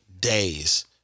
days